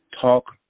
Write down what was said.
talk